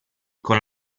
con